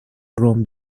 روم